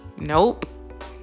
Nope